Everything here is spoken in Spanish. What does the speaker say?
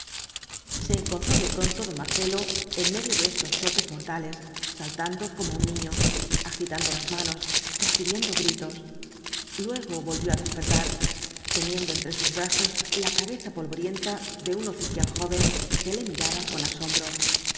se encontró de pronto don marcelo en medio de estos choques mortales saltando como un niño agitando las manos proñriendo gritos luego volvió á despertar teniendo entre sus brazos la cabeza polvorienta de un oficial joven que le miraba con asombro